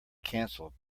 canceled